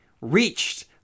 reached